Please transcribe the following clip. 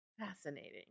fascinating